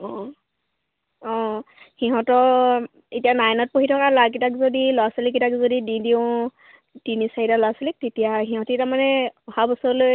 অঁ অঁ সিহঁতৰ এতিয়া নাইনত পঢ়ি থকা ল'ৰাকেইটাক যদি ল'ৰা ছোৱালীকেইটাক যদি দি দিওঁ তিনি চাৰিটা ল'ৰা ছোৱালীক তেতিয়া সিহঁতি তাৰ মানে অহা বছৰলৈ